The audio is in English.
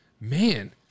man